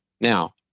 Now